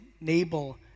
enable